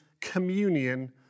communion